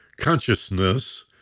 Consciousness